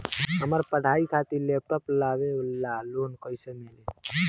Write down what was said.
हमार पढ़ाई खातिर लैपटाप लेवे ला लोन कैसे मिली?